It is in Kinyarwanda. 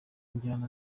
injyana